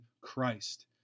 Christ